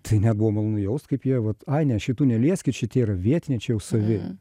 tai net buvo malonu jaust kaip jie vat ai ne šitų nelieskit šitie yra vietiniai čia jau savi